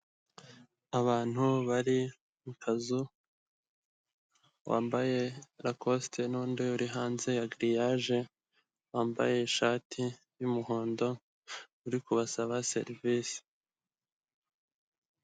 Abantu bari mu kazu, wambaye la kosite n'undi uri hanze ya giriyaje, wambaye ishati y'umuhondo uri kubasaba serivisi.